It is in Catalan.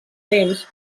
temps